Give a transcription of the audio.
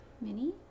Mini